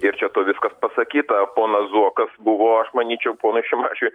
ir čia viskas pasakyta ponas zuokas buvo aš manyčiau ponui šimašiui